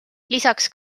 lisaks